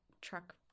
truck